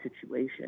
situation